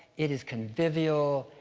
it is convivial.